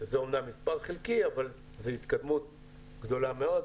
שזה אמנם מספר חלקי אבל זו התקדמות גדולה מאוד.